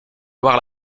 devoir